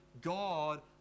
God